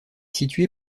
située